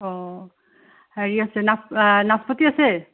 অ' হেৰি আছে নাচ নাচপতি আছে